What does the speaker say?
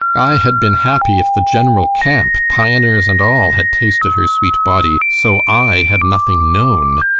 i had been happy if the general camp, pioners and all, had tasted her sweet body, so i had nothing known.